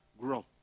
grow